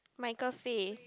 Michael Faye